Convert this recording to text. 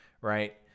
right